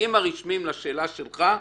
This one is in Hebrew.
הנציגים הרשמיים לשאלה שלך.